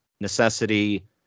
necessity